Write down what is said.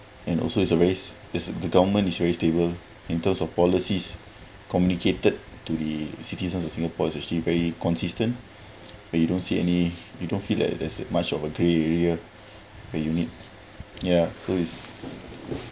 and also it's a race there's the government is very stable in terms of policies communicated to the citizens of singapore is actually very consistent but you don't see any you don't feel like there's much of a grey area where you need ya so is